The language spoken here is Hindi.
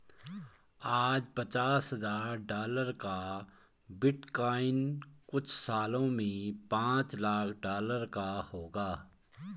आज पचास हजार डॉलर का बिटकॉइन कुछ सालों में पांच लाख डॉलर का होगा